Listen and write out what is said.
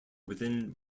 within